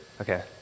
Okay